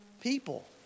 people